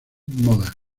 modas